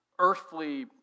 earthly